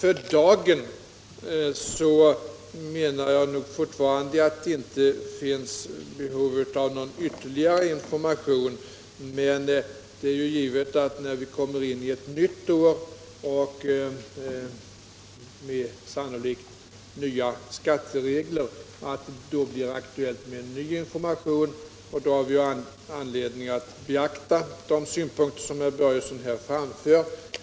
Jag anser fortfarande att det för dagen inte finns behov av någon ytterligare information, men när vi kommer in på ett nytt år och därmed sannolikt får nya skatteregler blir det aktuellt med en sådan. Vi får då anledning att beakta de synpunkter herr Börjesson i Falköping här framfört.